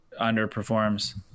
underperforms